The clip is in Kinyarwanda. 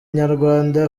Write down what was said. nyarwanda